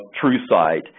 TrueSight